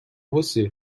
você